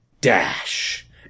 Dash